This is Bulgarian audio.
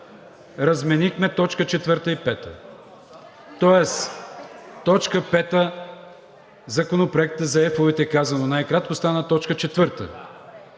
разменихме точка четвърта и пета. Тоест точка пета – Законопроектът за F-овете, казано най-кратко, стана точка четвърта,